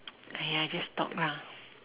!aiya! just talk lah